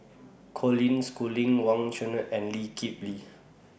Colin Schooling Wang Chunde and Lee Kip Lee